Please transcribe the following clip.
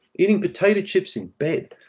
eating potato chips in bed.